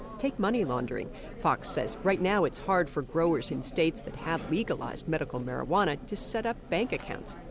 take money laundering fox says right now it's hard for growers in states that have legalized medical marijuana to set up bank accounts,